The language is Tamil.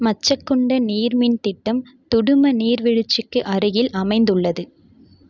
மச்சகுண்ட நீர்மின் திட்டம் துடும நீர்விழ்ச்சிக்கு அருகில் அமைந்துள்ளது